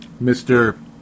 Mr